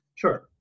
Sure